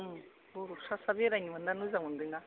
बरफ सा सा बेरायनो मोननानै मोजां मोनदोंना